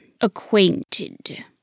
acquainted